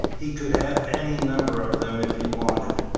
he could have any number of them if he wanted,